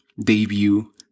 debut